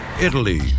Italy